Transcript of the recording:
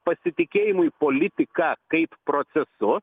pasitikėjimui politika kaip procesu